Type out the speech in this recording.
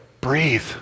breathe